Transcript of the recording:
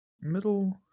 Middle